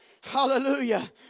Hallelujah